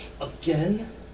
Again